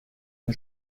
une